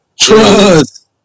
trust